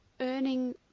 earning